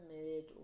mid